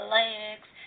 legs